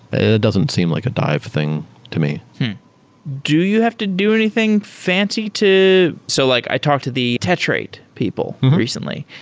it doesn't seem like a dive thing to me do you have to do anything fancy to so like i talked to the tetrate people recently.